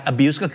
Abuse